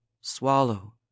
swallow